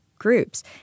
groups